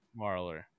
Marler